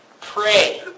Pray